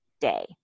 day